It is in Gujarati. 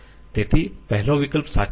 તેથી પહેલો વિકલ્પ સાચો નથી